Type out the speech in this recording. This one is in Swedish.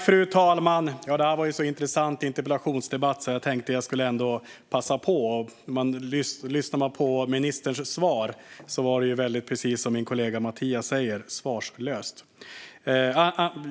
Fru talman! Detta var en så intressant interpellationsdebatt att jag ville passa på att delta. Lyssnar man på ministerns svar blev det väldigt tydligt att ministern är, som min kollega Mattias säger, svarslös.